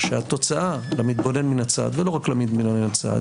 שהתוצאה למתבונן מן הצד ולא רק למתבונן מהצד